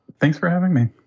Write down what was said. thanks for having me.